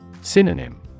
Synonym